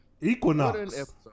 equinox